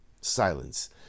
Silence